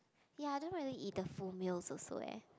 ya don't really eat the full meals also eh